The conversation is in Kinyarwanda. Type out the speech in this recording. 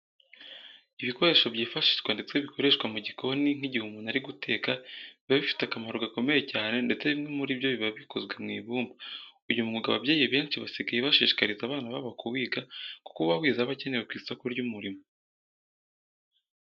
Ibikoresho byifashishwa ndetse bikoreshwa mu gikoni nk'igihe umuntu ari guteka biba bifite akamaro gakomeye cyane ndetse bimwe muri byo biba bikozwe mu ibumba. Uyu mwuga ababyeyi benshi basigaye bashishikariza abana babo kuwiga kuko uwawize aba akenewe ku isoko ry'umurimo.